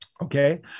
Okay